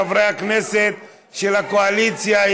חברי הכנסת של הקואליציה,